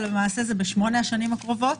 אבל למעשה זה בשמונה השנים הקרובות,